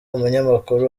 umunyamakuru